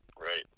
Right